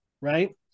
right